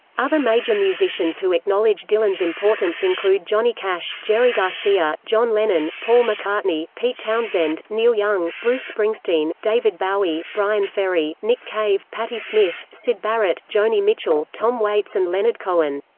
other major musicians who acknowledged dylan's importance include johnny cash, jerry garcia, john lennon, paul mccartney, pete townshend, neil young, bruce springsteen, david bowie, bryan ferry, nick cave, patti smith, smith, syd barrett, joni mitchell, tom waits and leonard cohen.